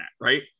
Right